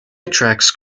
attracts